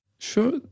Sure